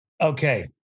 Okay